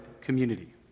community